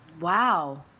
Wow